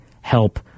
help